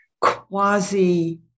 quasi